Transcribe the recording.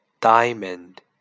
Diamond